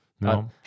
No